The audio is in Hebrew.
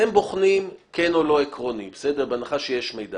אתם בוחנים כן או לא במצב שבו יש מידע.